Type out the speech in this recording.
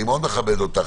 אני מאוד מכבד אותך,